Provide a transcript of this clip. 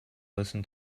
listen